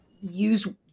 use